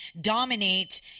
dominate